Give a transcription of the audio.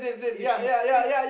if she speaks